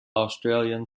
australian